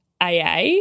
AA